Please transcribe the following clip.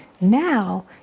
Now